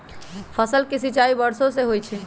फसल के सिंचाई वर्षो से होई छई